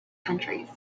countries